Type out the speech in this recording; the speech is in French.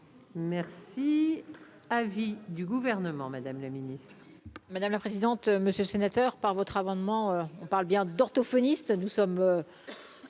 Merci, avis du gouvernement, Madame la Ministre.